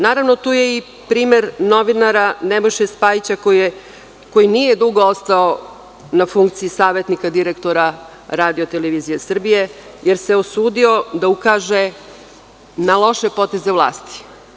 Naravno, tu je i primer novinara Nebojše Spajića, koji nije dugo ostao na funkciji savetnika direktora RTS, jer se usudio da ukaže na loše poteze vlasti.